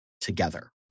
together